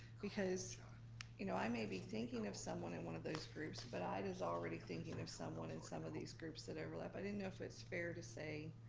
because you know i may be thinking of someone in one of those groups, but ida's already thinking of someone in some of these groups that overlap. i didn't know if it's fair to say,